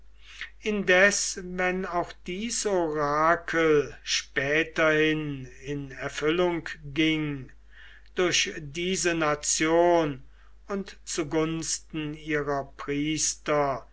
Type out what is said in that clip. indes wenn auch dies orakel späterhin in erfüllung ging durch diese nation und zugunsten ihrer priester